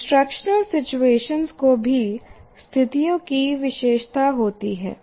instructional situation को भी स्थितियों की विशेषता होती है